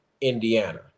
Indiana